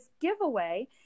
giveaway